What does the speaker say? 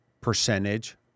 percentage